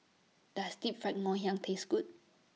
Does Deep Fried Ngoh Hiang Taste Good